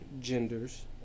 genders